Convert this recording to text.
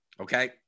okay